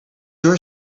your